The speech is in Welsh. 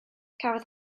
cafodd